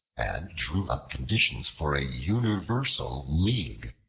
and drew up conditions for a universal league,